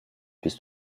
bist